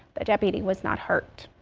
a deputy was not hurt.